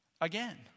again